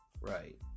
Right